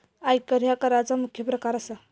आयकर ह्या कराचा मुख्य प्रकार असा